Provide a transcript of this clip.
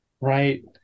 Right